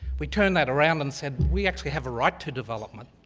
we turned that around and said, we actually have a right to development.